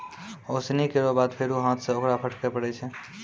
ओसौनी केरो बाद फेरु हाथ सें ओकरा फटके परै छै